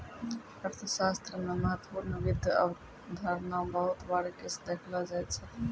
अर्थशास्त्र मे महत्वपूर्ण वित्त अवधारणा बहुत बारीकी स देखलो जाय छै